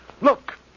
Look